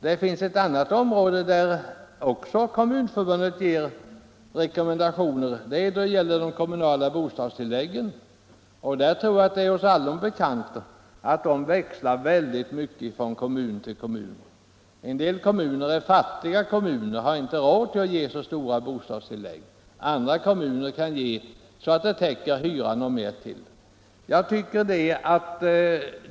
Det finns ett annat område där Kommunförbundet också ger rekommendationer, nämligen beträffande de kommunala bostadstilläggen. Jag tror att det är oss allom bekant att de växlar mycket från kommun till kommun. En del kommuner är fattiga och har inte råd att ge så stora bostadstillägg. Andra kommuner kan ge så att det täcker hyran och mer till.